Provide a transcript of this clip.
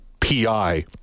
PI